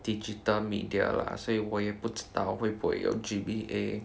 digital media lah 所以我也不知道会不会有 G_B_A